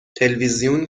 تلویزیون